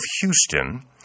Houston